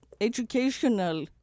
educational